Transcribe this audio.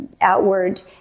outward